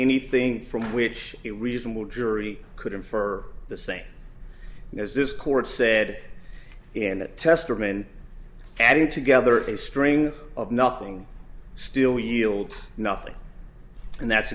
anything from which a reasonable jury could infer the same as this court said and that testament adding together a string of nothing still yields nothing and that's